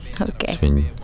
Okay